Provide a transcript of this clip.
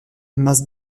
mas